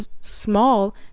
small